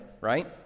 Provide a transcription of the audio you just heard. right